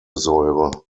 säure